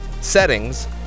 Settings